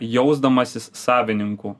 jausdamasis savininku